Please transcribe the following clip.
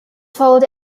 followed